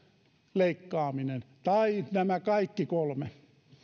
leikkaaminen tai nämä kaikki kolme